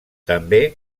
també